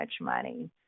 money